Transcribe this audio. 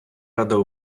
рада